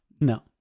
No